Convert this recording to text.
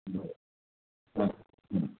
हो हां